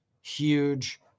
huge